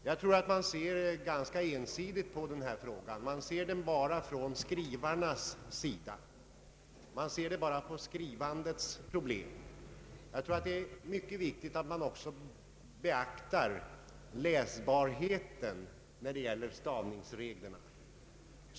Jag tror att man ser ganska ensidigt på denna fråga och ser den bara från skrivarnas synpunkt såsom skrivandets problem. Det är mycket viktigt att man också beaktar läsbarheten när det gäller stavningsreglerna.